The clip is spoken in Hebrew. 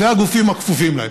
והגופים הכפופים להם.